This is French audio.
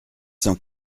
cent